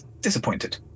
disappointed